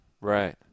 Right